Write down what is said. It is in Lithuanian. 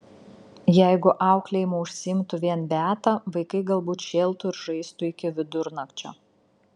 jeigu auklėjimu užsiimtų vien beata vaikai galbūt šėltų ir žaistų iki vidurnakčio